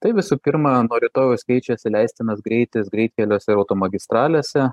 tai visų pirma nuo rytojaus keičiasi leistinas greitis greitkeliuose ir automagistralėse